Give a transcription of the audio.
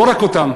לא רק אותם,